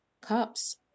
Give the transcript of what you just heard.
cups